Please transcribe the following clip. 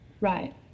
Right